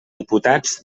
diputats